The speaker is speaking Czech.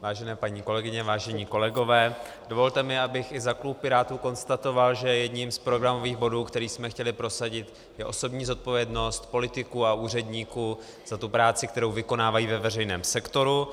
Vážené paní kolegyně, vážení kolegové, dovolte mi, abych i za klub Pirátů konstatoval, že jedním z programových bodů, které jsme chtěli prosadit, je osobní zodpovědnost politiků a úředníků za práci, kterou vykonávají ve veřejném sektoru.